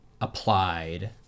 applied